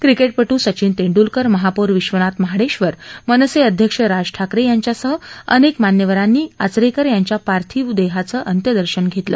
क्रिकेटपट् सघिन तेंडूलकर महापौर विधनाथ महाडेधर मनसे अध्यक्ष राज ठाकरे यांच्यासह अनेक मान्यवरांनी आचरेकर यांच्या पार्थिक देहाचं अंत्यदर्शन घेतलं